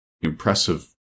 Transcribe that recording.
impressive